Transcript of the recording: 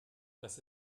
das